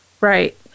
right